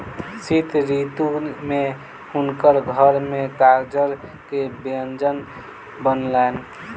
शीत ऋतू में हुनकर घर में गाजर के व्यंजन बनलैन